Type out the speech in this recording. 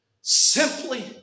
simply